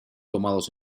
tomados